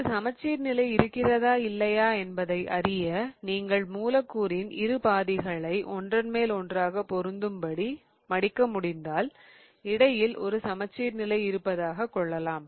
ஒரு சமச்சீர் நிலை இருக்கிறதா இல்லையா என்பதை அறிய நீங்கள் மூலக்கூறின் இரு பாதிகளை ஒன்றன்மேல் ஒன்றாக பொருந்தும்படி மடிக்க முடிந்தால் இடையில் ஒரு சமச்சீர் நிலை இருப்பதாக கொள்ளலாம்